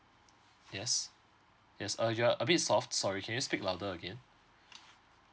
yes yes uh you are a bit soft sorry can you speak louder again